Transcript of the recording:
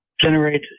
generate